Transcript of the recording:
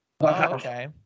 Okay